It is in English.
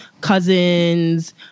cousins